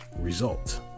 result